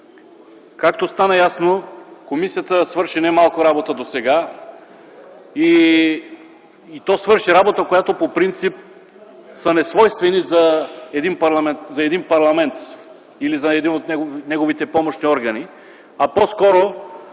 Както стана ясно, комисията свърши немалко работа досега, и то работа, несвойствена за един парламент или за един от неговите помощни органи, а по-скоро